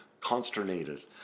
Consternated